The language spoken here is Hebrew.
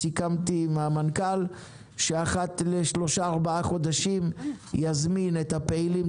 אני סיכמתי עם המנכ"ל שאחת לשלושה-ארבעה חודשים יזמין את הפעילים,